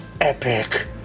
epic